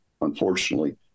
unfortunately